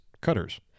cutters